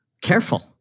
careful